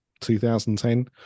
2010